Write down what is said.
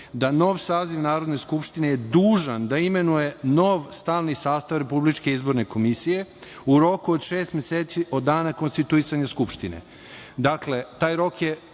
da nov saziv Narodne skupštine je dužan da imenuje nov stalni sastav Republičke izborne komisije u roku od šest meseci od dana konstituisanja Skupštine. Dakle, taj rok je